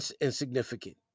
insignificant